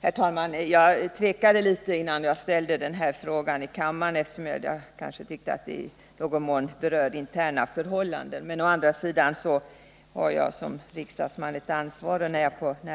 Herr talman! Jag tvekade litet innan jag ställde den här frågan i kammaren eftersom jag tyckte att den i någon mån berörde interna förhållanden, men å andra sidan har jag som riksdagsledamot ett ansvar i det här sammanhanget.